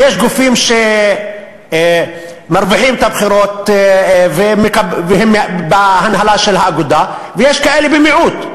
יש גופים שמנצחים בבחירות והם בהנהלה של האגודה ויש כאלה במיעוט.